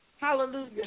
Hallelujah